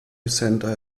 center